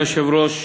אדוני היושב-ראש,